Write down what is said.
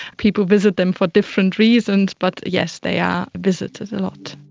people visit them for different reasons, but yes, they are visited a lot.